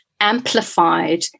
amplified